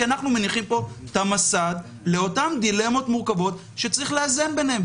כי אנחנו מניחים פה את המסד לאותן דילמות מורכבות שצריך לאזן ביניהם.